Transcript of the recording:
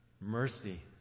Mercy